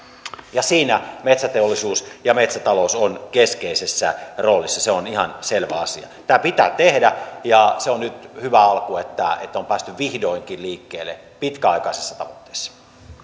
ja siinä metsäteollisuus ja metsätalous ovat keskeisessä roolissa se on ihan selvä asia tämä pitää tehdä ja se on nyt hyvä alku että että on päästy vihdoinkin liikkeelle pitkäaikaisessa tavoitteessa